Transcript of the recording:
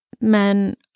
men